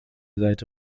seite